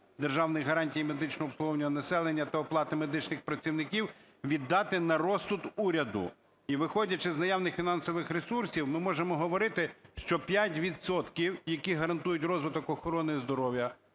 державних гарантій медичного обслуговування населення та оплати медичних працівників віддати на розсуд уряду. І виходячи з наявних фінансових ресурсів, ми можемо говорити, що 5 відсотків, які гарантують розвиток охорони здоров'я,